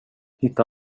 hitta